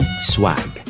Swag